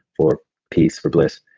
for peace, for bliss.